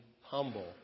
humble